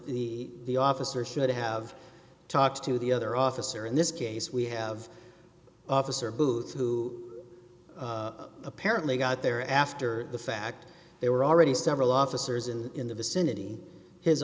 that the officer should have talked to the other officer in this case we have officer booth who apparently got there after the fact they were already several officers and in the vicinity his